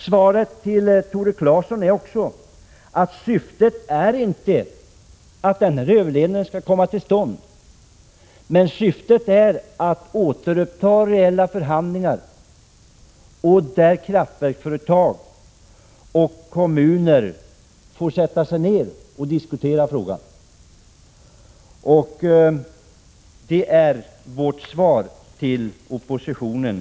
Svaret till Tore Claeson blir: Syftet är inte att överledningen skall komma till stånd, utan syftet är att återuppta reella förhandlingar, varvid kraftverksföretag och kommuner får möjlighet att diskutera frågan. Det är vad vi i dag svarar oppositionen.